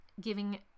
giving